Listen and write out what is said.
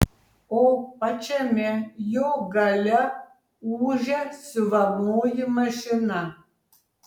o pačiame jo gale ūžia siuvamoji mašina